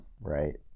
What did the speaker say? right